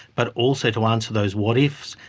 but also to answer those what ifs.